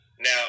Now